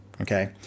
Okay